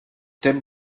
thèmes